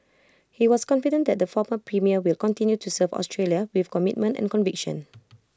he was confident that the former premier will continue to serve Australia with commitment and conviction